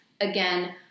again